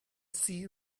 see